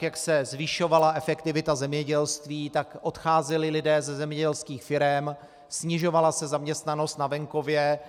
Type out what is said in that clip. Jak se zvyšovala efektivita zemědělství, tak odcházeli lidé ze zemědělských firem, snižovala se zaměstnanost na venkově.